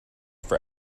for